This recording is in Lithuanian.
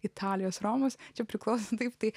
italijos romos čia priklauso taip tai